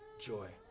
joy